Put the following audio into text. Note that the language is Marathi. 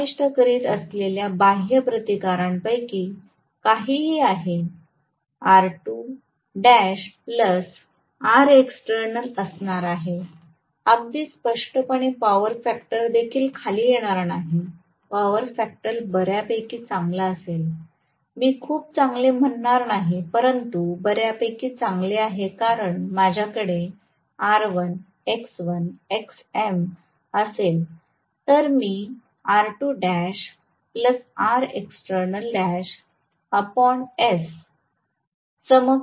मी समाविष्ट करीत असलेल्या बाह्य प्रतिकारांपैकी काहीही आहे R2l Rexternal असणार आहे आणि स्पष्टपणे पॉवर फॅक्टर देखील खाली येणार नाही पॉवर फॅक्टर बर्यापैकी चांगला असेल मी खूप चांगले म्हणणार नाही परंतु बर्यापैकी चांगले आहे कारण माझ्याकडे R1 X1 Xm असेल तर मी R2lRexternalls